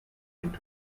into